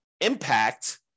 impact